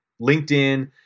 LinkedIn